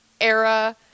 era